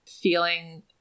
feeling